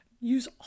Use